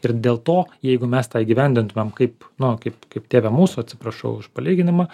ir dėl to jeigu mes tą įgyvendintumėm kaip nu kaip kaip tėve mūsų atsiprašau už palyginimą